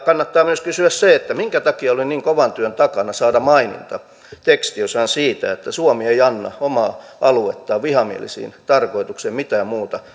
kannattaa myös kysyä että minkä takia oli niin kovan työn takana saada maininta tekstiosaan siitä että suomi ei anna omaa aluettaan vihamielisiin tarkoituksiin mitään muuta